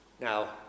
Now